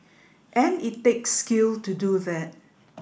and it takes skill to do that